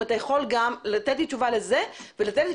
אם אתה יכול לתת לי גם תשובה לזה ולתת לי